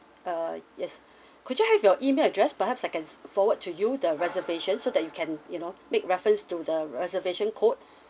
err yes could you have your email address perhaps I can forward to you the reservations so that you can you know make reference to the reservation code